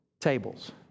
tables